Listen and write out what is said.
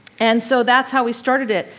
and so that's how we started it.